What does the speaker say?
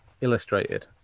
illustrated